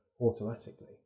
automatically